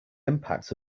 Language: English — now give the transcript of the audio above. impact